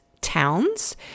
towns